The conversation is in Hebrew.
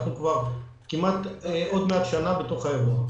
אנחנו כבר עוד מעט כמעט שנה בתוך האירוע.